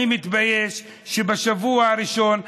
אני מתבייש שבשבוע הראשון,